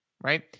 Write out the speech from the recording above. Right